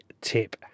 tip